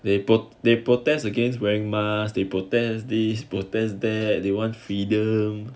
they put they protest against wearing masks they protest this protest there they want freedom